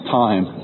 time